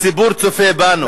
הציבור צופה בנו.